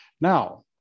Now